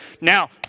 now